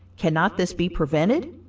cannot this be prevented?